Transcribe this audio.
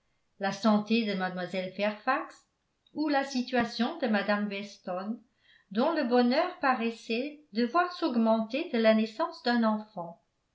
la santé de mlle fairfax ou la situation de mme weston dont le bonheur paraissait devoir s'augmenter de la naissance d'un enfant